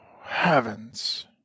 heavens